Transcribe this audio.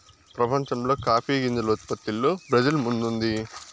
ప్రపంచంలో కాఫీ గింజల ఉత్పత్తిలో బ్రెజిల్ ముందుంది